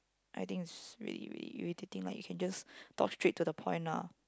I think it's really really irritating like you can just talk straight to the point lah